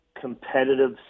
competitive